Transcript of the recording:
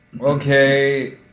Okay